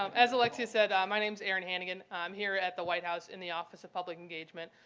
um as alexia said, ah my name is erin hannigan. i'm here at the white house in the office of public engagement.